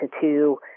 two